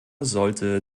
sollte